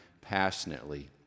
passionately